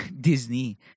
Disney